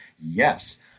Yes